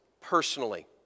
personally